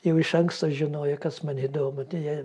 jau iš anksto žinojo kas man įdomu tai jie